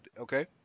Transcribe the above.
okay